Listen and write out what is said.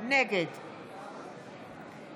חברי כנסת בעצם להעביר חוק בניגוד למצפונם בגלל